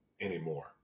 anymore